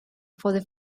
for